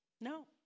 no